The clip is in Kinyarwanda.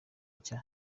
nshya